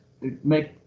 make